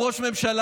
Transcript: הוא ראש ממשלה,